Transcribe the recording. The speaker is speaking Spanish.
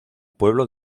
pueblo